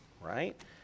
right